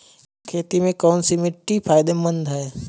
खेती में कौनसी मिट्टी फायदेमंद है?